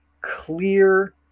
clear